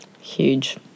Huge